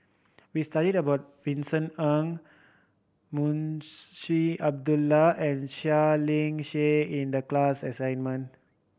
we studied about Vincent Ng Moon Abdullah and Seah Liang Seah in the class assignment